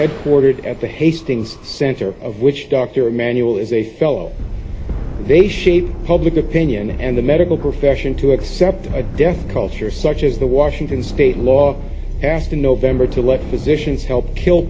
headquartered at the hastings center of which dr emanuel is a fellow they shape public opinion and the medical profession to accept a death culture such as the washington state law passed in november to let physicians help kill